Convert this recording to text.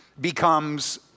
becomes